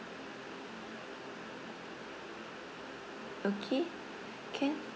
okay can